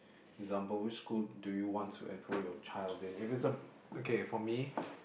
example which school do you want to enroll your child in if it's a okay for me